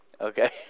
okay